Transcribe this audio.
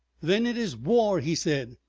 then it is war he said.